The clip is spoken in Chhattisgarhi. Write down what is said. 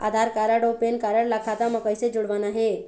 आधार कारड अऊ पेन कारड ला खाता म कइसे जोड़वाना हे?